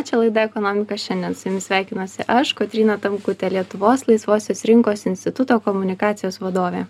čia laida ekonomika šiandien su jumis sveikinuosi aš kotryna tamkutė lietuvos laisvosios rinkos instituto komunikacijos vadovė